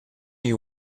you